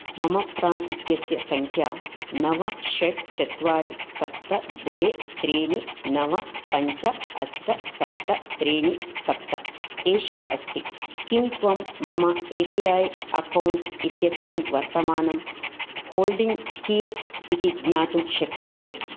मम प्राण् इत्यस्य सङ्ख्या नव षट् चत्वारि सप्त द्वे त्रीणि नव पञ्च अष्ट सप्त त्रीणि सप्त एषा अस्ति किं त्वं मम ए पी ऐ अकौण्ट् इत्यस्मिन् वर्तमानं होल्डिङ्ग् कियत् इति ज्ञातुं शक्नोषि